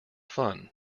fun